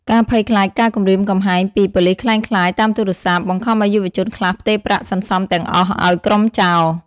ការភ័យខ្លាចការគំរាមកំហែងពី "ប៉ូលិសក្លែងក្លាយ" តាមទូរស័ព្ទ បង្ខំឱ្យយុវជនខ្លះផ្ទេរប្រាក់សន្សំទាំងអស់ឱ្យក្រុមចោរ។